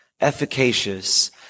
efficacious